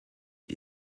est